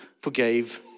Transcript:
forgave